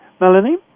melanie